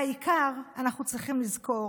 בעיקר אנחנו צריכים לזכור